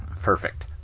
Perfect